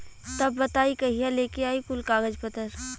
तब बताई कहिया लेके आई कुल कागज पतर?